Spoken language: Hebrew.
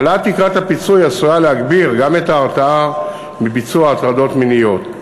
העלאת תקרת הפיצוי עשויה להגביר גם את ההרתעה מביצוע הטרדות מיניות.